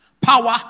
Power